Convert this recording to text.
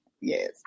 yes